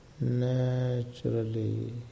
naturally